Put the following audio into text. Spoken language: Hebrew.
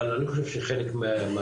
אבל אני חושב שהחלק המעניין,